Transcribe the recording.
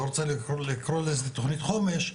אני לא רוצה לקרוא לזה תוכנית חומש,